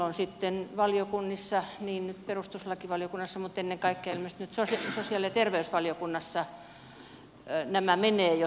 silloin sitten valiokuntiin perustuslakivaliokuntaan mutta ennen kaikkea nyt ilmeisesti sosiaali ja terveysvaliokuntaan nämä keskustelut menevät jo